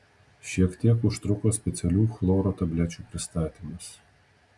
šiek tiek užtruko specialių chloro tablečių pristatymas